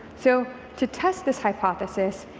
so to test this hypothesis,